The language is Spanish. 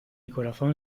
corazón